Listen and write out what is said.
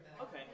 Okay